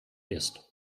ist